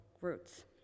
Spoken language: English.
roots